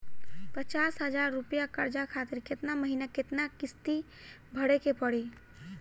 पचास हज़ार रुपया कर्जा खातिर केतना महीना केतना किश्ती भरे के पड़ी?